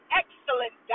excellent